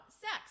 sex